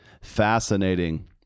fascinating